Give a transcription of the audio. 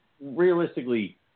realistically